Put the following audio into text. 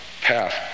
path